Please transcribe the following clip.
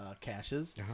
caches